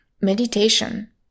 meditation